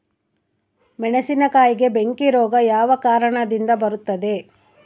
ಮೆಣಸಿನಕಾಯಿಗೆ ಬೆಂಕಿ ರೋಗ ಯಾವ ಕಾರಣದಿಂದ ಬರುತ್ತದೆ?